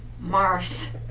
Mars